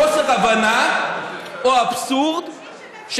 כאן היה בדברייך רק גרעין של חוסר הבנה או אבסורד,